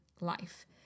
life